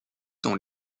dans